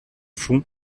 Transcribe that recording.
fond